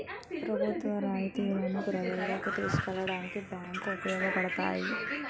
ప్రభుత్వ రాయితీలను ప్రజల్లోకి తీసుకెళ్లడానికి బ్యాంకులు ఉపయోగపడతాయి